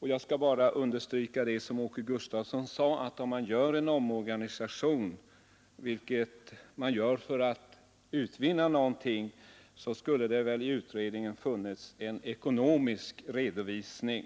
Jag skall bara understryka vad Åke Gustavsson sade, nämligen att om man gör en omorganisation för att utvinna någonting skulle det väl i utredningen ha funnits en ekonomisk redovisning.